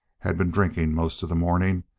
had been drinking most of the morning,